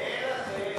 אין לכם.